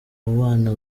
bana